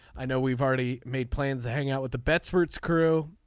i know we've already made plans to hang out with the best fruits crew.